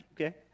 Okay